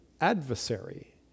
adversary